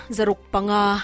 Zarukpanga